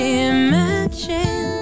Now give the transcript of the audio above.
imagine